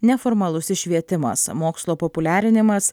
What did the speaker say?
neformalusis švietimas mokslo populiarinimas